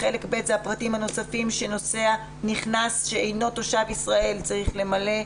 בחלק ב' זה הפרטים הנוספים שנוסע נכנס שאינו תושב ישראל צריך למלא.